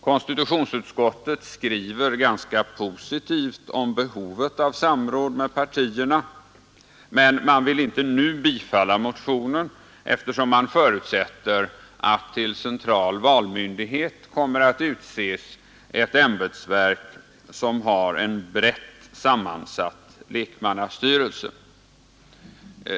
Konstitutionsutskottet skriver ganska positivt om behovet av samråd med partierna, men man vill inte nu bifalla motionen, eftersom man förutsätter att till central valmyndighet kommer att utses ett ämbetsverk som har en brett sammansatt lekmannastyrelse.